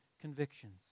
convictions